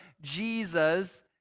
jesus